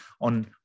on